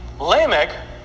Lamech